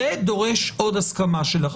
זה דורש עוד הסכמה שלך.